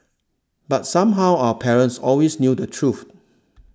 but somehow our parents always knew the truth